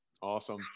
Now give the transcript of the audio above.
Awesome